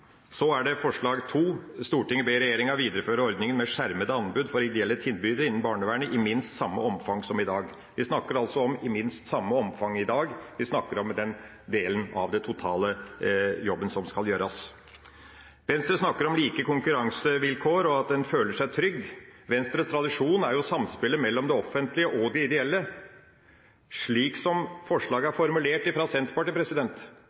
Så er det forslag 2: «Stortinget ber regjeringen videreføre ordningen med skjermede anbud for ideelle tilbydere innen barnevernet i minst samme omfang som i dag.» Vi snakker altså om «i minst samme omfang som i dag», vi snakker om den delen av den totale jobben som skal gjøres. Venstre snakker om like konkurransevilkår, og at en føler seg trygg. Venstres tradisjon er samspillet mellom det offentlige og de ideelle. Slik som representantforslaget er formulert fra Senterpartiet,